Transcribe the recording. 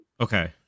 Okay